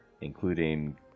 including